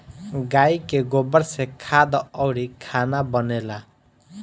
गाइ के गोबर से खाद अउरी खाना बनेला